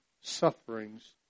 sufferings